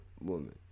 woman